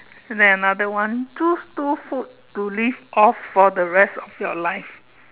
then another one choose two food to live off for the rest of your life